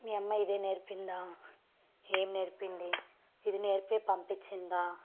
మీ అమ్మ ఇదే నేర్పిందా ఏం నేర్పింది ఇది నేర్పి పంపించిందా